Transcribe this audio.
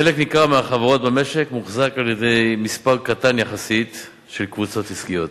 חלק ניכר מהחברות במשק מוחזק על-ידי מספר קטן יחסית של קבוצות עסקיות.